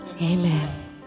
Amen